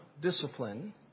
discipline